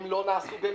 הן לא נעשו במזיד,